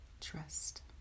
Trust